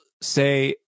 say